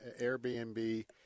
Airbnb